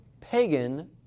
pagan